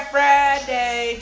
Friday